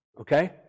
Okay